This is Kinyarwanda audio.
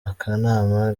akanama